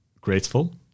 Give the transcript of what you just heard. grateful